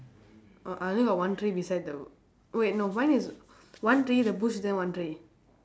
uh I only got one tree beside the wait no mine is one tree the bush beside one tree